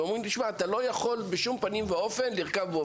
ואומרים לי: אתה לא יכול בשום פנים ואופן לרכוב.